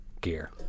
gear